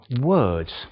words